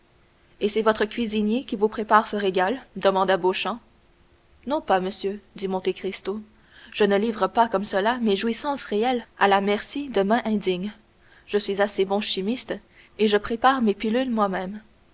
et c'est votre cuisinier qui vous prépare ce régal demanda beauchamp non pas monsieur dit monte cristo je ne livre pas comme cela mes jouissances réelles à la merci de mains indignes je suis assez bon chimiste et je prépare mes pilules moi-même